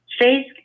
Face